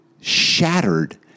shattered